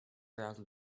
around